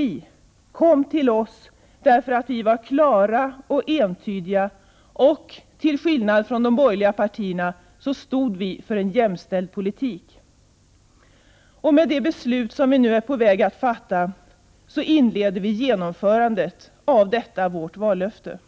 De kom till oss, eftersom vi var klara och entydiga, och vi stod till skillnad från de borgerliga partierna för en jämställd politik. Med det beslut som vi nu är på väg att fatta, inleder vi genomförandet av detta vårt vallöfte.